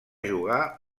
jugar